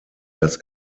das